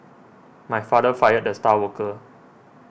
my father fired the star worker